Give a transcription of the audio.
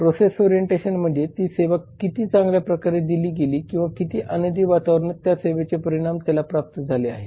process orientation म्हणजे ती सेवा किती चांगल्याप्रकारे दिली गेली किंवा किती आनंदित वातावरणात त्या सेवेचे परिणाम त्याला प्राप्त झाले आहे